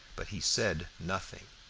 but he said nothing.